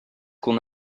qu’on